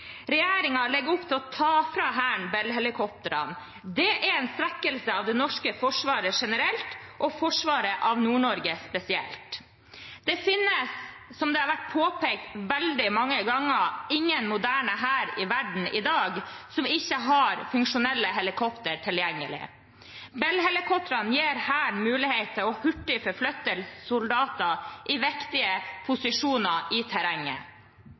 legger opp til å ta fra Hæren Bell-helikoptrene. Det er en svekkelse av det norske forsvaret generelt og forsvaret av Nord-Norge spesielt. Det finnes, som det har vært påpekt veldig mange ganger, ingen moderne hær i verden i dag som ikke har funksjonelle helikoptre tilgjengelig. Bell-helikoptrene gir Hæren mulighet til hurtig å forflytte soldater i viktige posisjoner i terrenget.